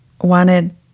wanted